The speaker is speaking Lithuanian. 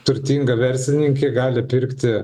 turtinga verslininkė gali pirkti